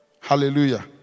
Hallelujah